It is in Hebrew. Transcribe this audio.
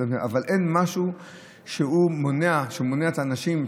אבל אין משהו שמונע את האנשים,